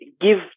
give